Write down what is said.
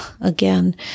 again